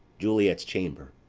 juliet's chamber.